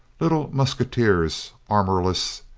little musketeers, armorless,